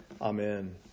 Amen